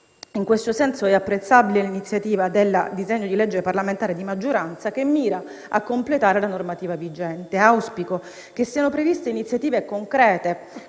In questo senso, è apprezzabile l'iniziativa del disegno di legge parlamentare di maggioranza, che mira a completare la normativa vigente. Auspico che siano previste iniziative concrete,